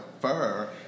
fur